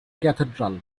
cathedral